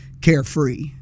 carefree